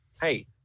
Hey